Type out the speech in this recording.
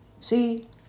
See